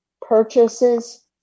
purchases